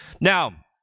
Now